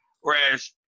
Whereas